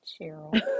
cheryl